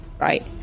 right